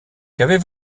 qu’avez